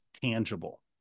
tangible